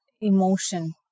emotion